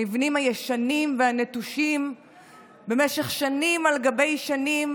המבנים הישנים והנטושים במשך שנים על גבי שנים